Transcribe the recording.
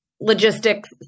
logistics